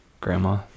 Grandma